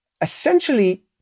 essentially